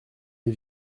les